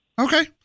Okay